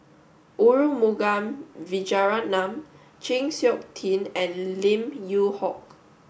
Arumugam Vijiaratnam Chng Seok Tin and Lim Yew Hock